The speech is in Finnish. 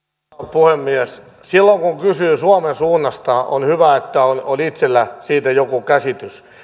puhemies silloin kun kysyy suomen suunnasta on hyvä että itsellä on siitä joku käsitys